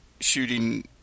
shooting